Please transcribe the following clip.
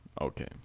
Okay